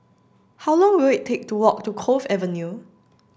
how long will it take to walk to Cove Avenue